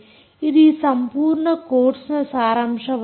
ಇದು ಈ ಸಂಪೂರ್ಣ ಕೋರ್ಸ್ನ ಸಾರಾಂಶವಾಗಿದೆ